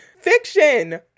fiction